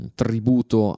tributo